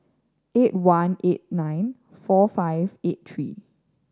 eight one eight nine four five eight three